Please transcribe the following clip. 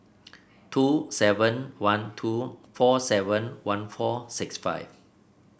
two seven one two four seven one four six five